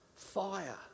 fire